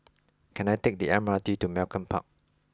can I take the M R T to Malcolm Park